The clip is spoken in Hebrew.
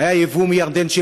היה יבוא של מלט מירדן,